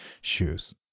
shoes